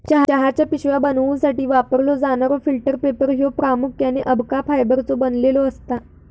चहाच्या पिशव्या बनवूसाठी वापरलो जाणारो फिल्टर पेपर ह्यो प्रामुख्याने अबका फायबरचो बनलेलो असता